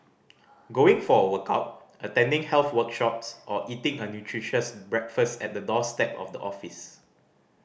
going for a workout attending health workshops or eating a nutritious breakfast at the doorstep of the office